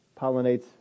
pollinates